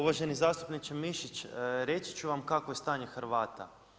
Uvaženi zastupniče Mišić, reći ću vam kakvo je stanje Hrvata.